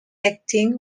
acting